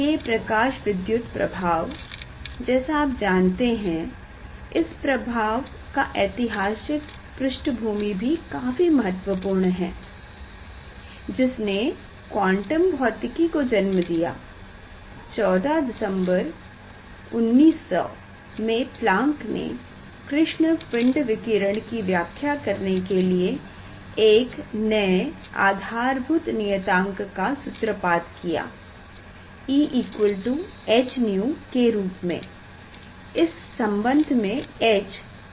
ये प्रकाशविद्युत प्रभाव जैसा आप जानते हैं इस प्रभाव का ऐतिहासिक पृष्ठभूमि भी काफी महत्वपूर्ण है जिसने क्वांटम भौतिकी को जन्म दिया 14 दिसम्बर 1900 में प्लांक ने कृष्ण पिंड विकिरण की व्याख्या करने के लिए एक नए आधारभूत नियतांक का सूत्रपात किया Eh𝛎 के रूप में इस संबंध में h प्लांक नियतांक है